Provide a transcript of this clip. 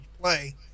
Play